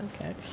okay